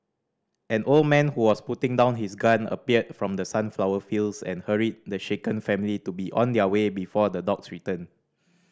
an old man who was putting down his gun appeared from the sunflower fields and hurried the shaken family to be on their way before the dogs return